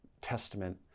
Testament